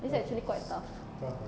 it's actually quite tough